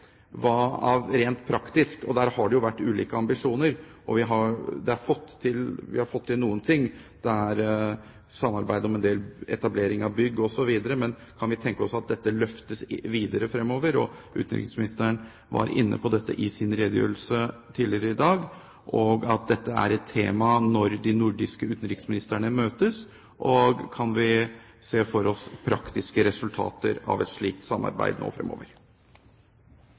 rent praktisk. Der har det jo vært ulike ambisjoner. Vi har fått til noe, f.eks. samarbeid om etablering av bygg, men kan vi tenke oss at dette løftes videre fremover, slik at – utenriksministeren var inne på dette i sin redegjørelse tidligere i dag – dette blir et tema når de nordiske utenriksministrene møtes? Og kan vi se for oss praktiske resultater av et slikt samarbeid nå fremover?